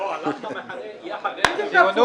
איציק,